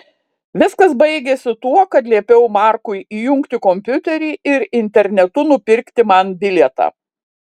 viskas baigėsi tuo kad liepiau markui įjungti kompiuterį ir internetu nupirkti man bilietą